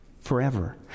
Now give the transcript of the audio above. forever